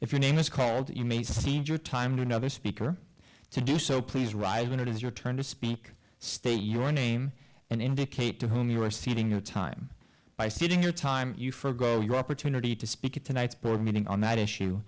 if your name is called you may see you time to another speaker to do so please rise when it is your turn to speak state your name and indicate to whom you are saving your time by sitting your time you for your opportunity to speak at tonight's board meeting on that issue